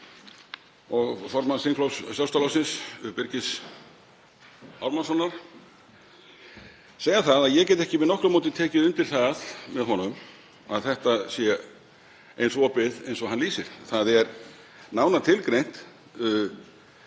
og formanns þingflokks Sjálfstæðisflokksins, Birgis Ármannssonar, segja að ég get ekki með nokkru móti tekið undir það með honum að þetta sé eins opið og hann lýsir. Það er nánar tilgreint